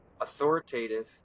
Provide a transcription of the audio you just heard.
authoritative